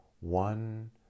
One